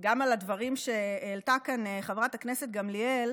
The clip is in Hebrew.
גם על הדברים שהעלתה כאן חברת הכנסת גמליאל,